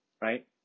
right